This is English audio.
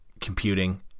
computing